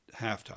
halftime